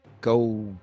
go